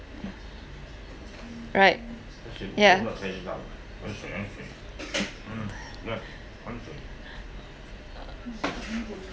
right yeah